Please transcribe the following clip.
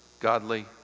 Godly